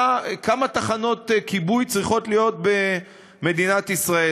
כמה תחנות כיבוי צריכות להיות במדינת ישראל.